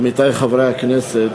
עמיתי חברי הכנסת,